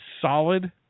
solid